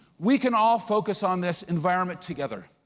we can all focus on this environment together.